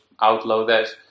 outloaders